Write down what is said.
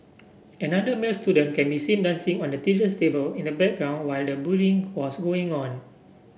another male student can be seen dancing on the teacher's table in the background while the bullying was going on